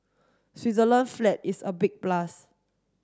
Switzerland flag is a big plus